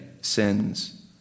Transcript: sins